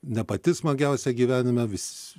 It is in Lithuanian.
ne pati smagiausia gyvenime vis